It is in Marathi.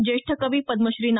ज्येष्ठ कवी पद्मश्री ना